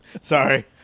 Sorry